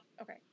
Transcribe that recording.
Okay